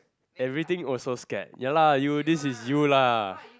every thing also scared ya lah you this is you lah